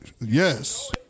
Yes